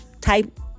type